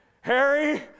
Harry